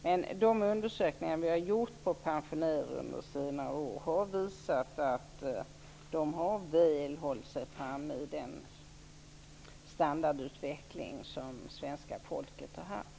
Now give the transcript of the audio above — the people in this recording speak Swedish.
Men de undersökningar vi gjort av pensionärer under senare år visar att de har hållit sig framme väl i den standardutveckling som svenska folket har haft.